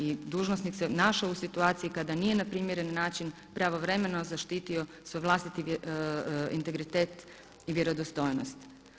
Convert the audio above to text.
I dužnosnik se našao u situaciji kada nije na primjeren način pravovremeno zaštitio svoj vlastiti integritet i vjerodostojnost.